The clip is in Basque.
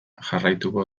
jarraituko